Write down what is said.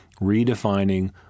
redefining